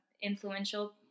influential